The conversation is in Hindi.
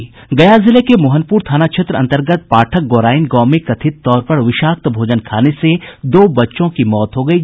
गया जिले के मोहनपुर थाना अंतर्गत पाठक गौराईन गांव में कथित तौर पर विषाक्त भोजन खाने से दो बच्चों की मौत हो गयी